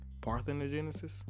Parthenogenesis